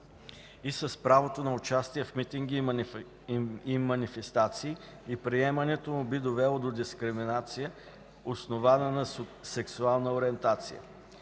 и с правото на участие в митинги и манифестации и приемането му би довело до дискриминация, основана на сексуална ориентация.